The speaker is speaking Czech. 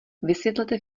vysvětlete